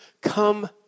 come